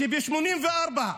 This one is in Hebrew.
שב-1984,